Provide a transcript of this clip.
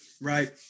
right